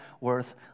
worth